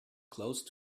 close